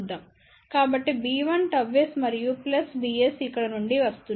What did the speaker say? కాబట్టి b1ΓS మరియు plus bs ఇక్కడ నుండి వస్తున్నాయి